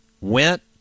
Went